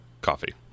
coffee